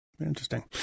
Interesting